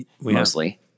mostly